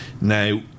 Now